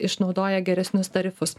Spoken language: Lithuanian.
išnaudoja geresnius tarifus